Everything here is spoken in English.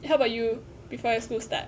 how about you before your school start